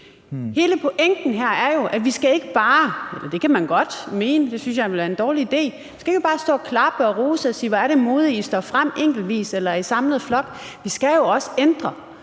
Hele pointen her er jo, at vi ikke bare – eller det kan man godt mene, det synes jeg ville være en dårlig idé – skal stå og klappe og rose og sige, hvor modigt det er, at de står frem enkeltvis eller i samlet flok. Vi skal jo også ændre